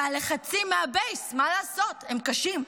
והלחצים מהבייס, מה לעשות, הם קשים.